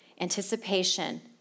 anticipation